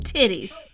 Titties